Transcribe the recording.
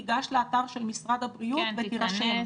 תיגש לאתר של משרד הבריאות ותירשם.